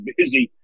busy